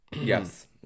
Yes